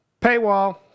paywall